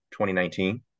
2019